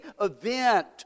event